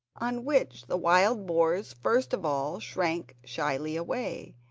on which the wild boars first of all shrank shyly away,